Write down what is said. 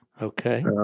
Okay